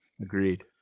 Agreed